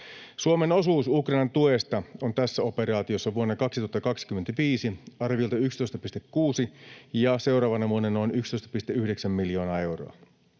Suomen osuus Ukrainan tuesta on tässä operaatiossa vuonna 2025 arviolta 11,6 miljoonaa euroa ja seuraavana vuonna noin 11,9 miljoonaa euroa.